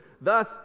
thus